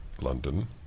London